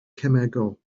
cemegol